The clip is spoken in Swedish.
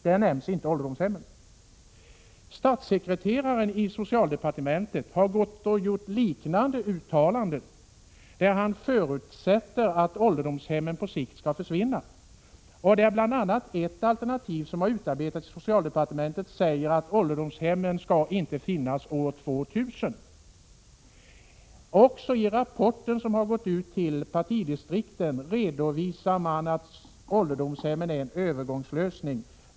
Där nämner han inte ålderdomshemmen. Statssekreteraren i socialdepartementet har gjort liknade uttalanden, där han förutsätter att ålderdomshemmen på sikt skall försvinna. Ett alternativ som har utarbetats inom socialdepartementet innebär att det inte skall finnas några ålderdomshem år 2000. Också i rapporter som gått ut till partidistrikten redovisas att ålderdomshemmen är en övergångslösning.